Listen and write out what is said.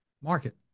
market